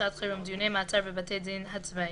שעת חירום (דיוני מעצר בבתי הדין הצבאיים),